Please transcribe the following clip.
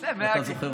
אתה לא זוכר.